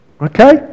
Okay